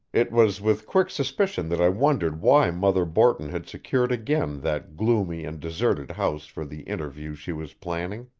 it was with quick suspicion that i wondered why mother borton had secured again that gloomy and deserted house for the interview she was planning.